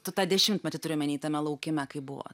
tu tą dešimtmetį turiu omeny tame laukime kaip buvo